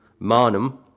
Marnham